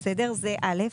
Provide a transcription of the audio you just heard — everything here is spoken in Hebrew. זה א',